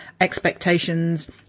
expectations